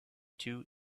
two